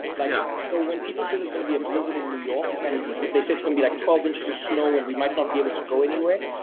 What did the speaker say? like, ah so when people say there's gonna be a blizzard in new york, and they say it's gonna be like twelve inches of snow, and we might not be able to go anywhere,